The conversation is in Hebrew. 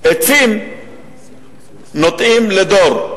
עצים נוטעים לדור.